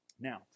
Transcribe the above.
Now